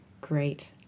great